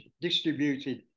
distributed